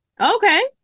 Okay